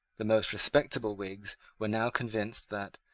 the most respectable whigs were now convinced that,